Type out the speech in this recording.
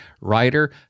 Writer